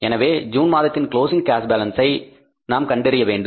எனவே ஜூன் மாதத்தின் closing cash balance ஐ நாம் கண்டறிய வேண்டும்